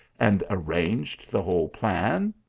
and arranged the whole plan?